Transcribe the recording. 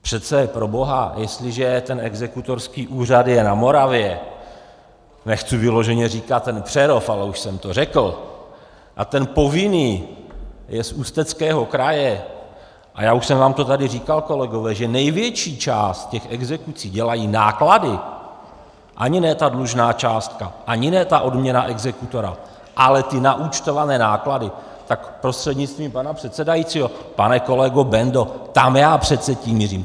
Přece proboha, jestliže ten exekutorský úřad je na Moravě, nechci vyloženě říkat ten Přerov, ale už jsem to řekl, a ten povinný je z Ústeckého kraje, a já už jsem vám to tady říkal, kolegové, že největší část těch exekucí dělají náklady, ani ne ta dlužná částka, ani ne ta odměna exekutora, ale ty naúčtované náklady, tak prostřednictvím pana předsedajícího pane kolego Bendo, tam já přece tím mířím.